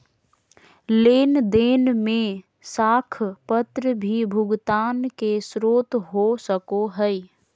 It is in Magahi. लेन देन में साख पत्र भी भुगतान के स्रोत हो सको हइ